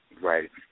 Right